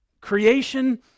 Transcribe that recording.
creation